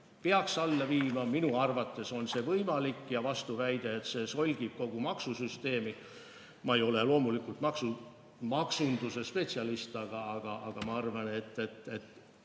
peaks alla viima. Minu arvates on see võimalik ja vastuväide, et see solgib kogu maksusüsteemi – ma ei ole loomulikult maksunduse spetsialist, aga ma arvan, et